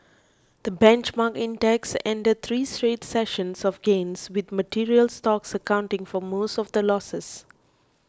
the benchmark index ended three straight sessions of gains with materials stocks accounting for most of the losses